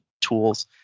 tools